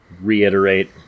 Reiterate